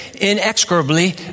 inexorably